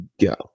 Go